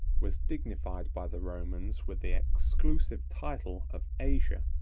was dignified by the romans with the exclusive title of asia.